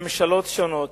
בממשלות שונות,